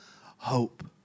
hope